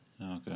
Okay